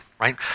right